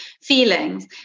feelings